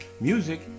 music